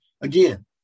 Again